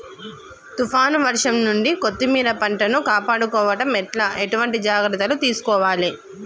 తుఫాన్ వర్షం నుండి కొత్తిమీర పంటను కాపాడుకోవడం ఎట్ల ఎటువంటి జాగ్రత్తలు తీసుకోవాలే?